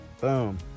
Boom